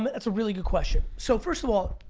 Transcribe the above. that's a really good question. so, first of all,